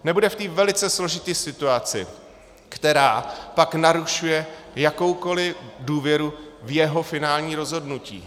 Nebude v té velice složité situaci, která pak narušuje jakoukoli důvěru v jeho finální rozhodnutí.